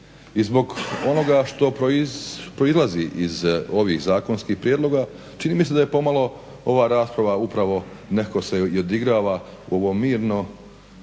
i zbog onoga što proizlazi iz ovih zakonskih prijedloga čini mi se da je pomalo ova rasprava upravo nekako se i odigrava u ovo mirno